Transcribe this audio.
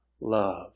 love